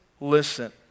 listen